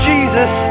Jesus